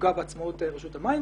ולפגוע בעצמאות רשות המים.